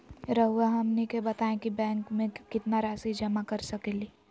रहुआ हमनी के बताएं कि बैंक में कितना रासि जमा कर सके ली?